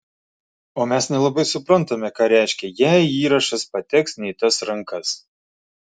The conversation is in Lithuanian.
o mes nelabai suprantame ką reiškia jei įrašas pateks ne į tas rankas